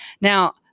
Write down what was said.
now